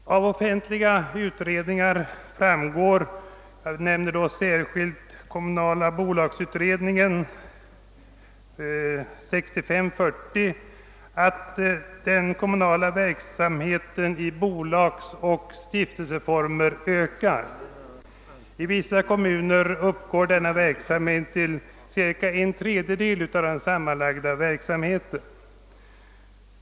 Av offentliga utredningar — jag nämner särskilt Kommunala bolag — framgår att den kommunala verksamheten i bolagsoch stiftelseform ökar. I vissa kommuner uppgår den till omkring en tredjedel av den sammanlagda verksamheten.